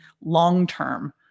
long-term